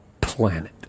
planet